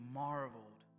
marveled